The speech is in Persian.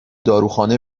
داروخانه